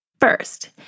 First